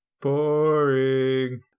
Boring